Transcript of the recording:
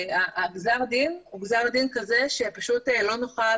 גזר הדין הוא גזר דין כזה שפשוט לא נוכל